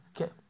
okay